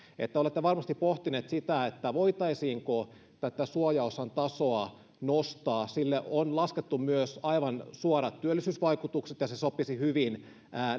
että olette varmasti pohtineet sitä että voitaisiinko tätä suojaosan tasoa nostaa sille on laskettu myös aivan suorat työllisyysvaikutukset ja se sopisi hyvin